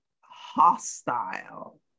hostile